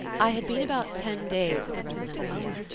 i had been about ten days in the residencia,